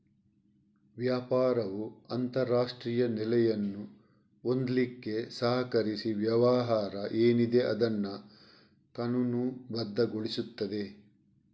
ವ್ಯಾಪಾರವು ಅಂತಾರಾಷ್ಟ್ರೀಯ ನೆಲೆಯನ್ನು ಹೊಂದ್ಲಿಕ್ಕೆ ಸಹಕರಿಸಿ ವ್ಯವಹಾರ ಏನಿದೆ ಅದನ್ನ ಕಾನೂನುಬದ್ಧಗೊಳಿಸ್ತದೆ